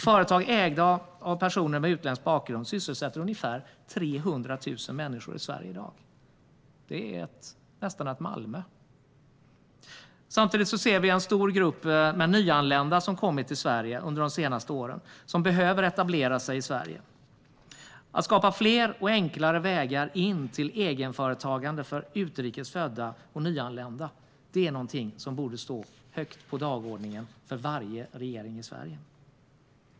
Företag ägda av personer med utländsk bakgrund sysselsätter ungefär 300 000 människor i Sverige i dag. Det är nästan hela Malmö. Samtidigt ser vi en stor grupp nyanlända som har kommit till Sverige under de senaste åren och som behöver etablera sig här. Att skapa fler och enklare vägar in till egenföretagande för utrikes födda och nyanlända borde stå högt på dagordningen för varje regering i Sverige.